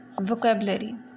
vocabulary